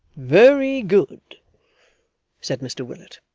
very good said mr willet.